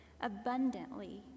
abundantly